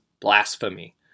blasphemy